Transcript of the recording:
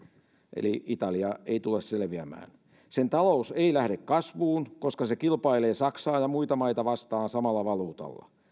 eli italia ei tule selviämään sen talous ei lähde kasvuun koska se kilpailee saksaa ja muita maita vastaan samalla valuutalla